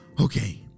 Okay